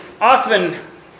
often